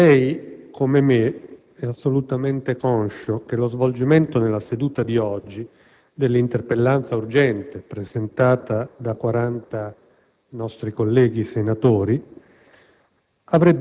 lei come me, è assolutamente conscio che lo svolgimento nella seduta di oggi dell'interpellanza urgente presentata da 40 nostri colleghi senatori